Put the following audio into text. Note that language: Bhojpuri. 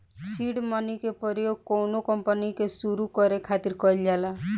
सीड मनी के प्रयोग कौनो कंपनी के सुरु करे खातिर कईल जाला